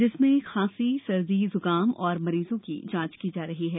जिसमें खासी सर्दी जुकाम और मरीजों की पहचान की जा रही है